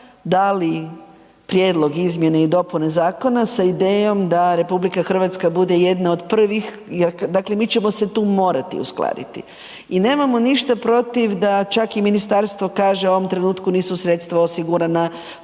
dali prijedlog izmjene i dopune zakona sa idejom da RH bude jedna od prvih, dakle mi ćemo se tu morati uskladiti i nemamo ništa protiv da čak i ministarstvo kaže u ovom trenutku nisu sredstva osigurana,